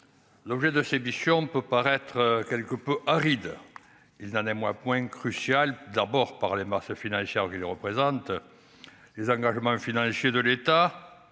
l'objet de ces biches, on ne peut paraître quelque peu aride, il n'en est moi point crucial d'abord par les masses financières qui les représentent les engagements financiers de l'État,